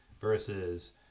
versus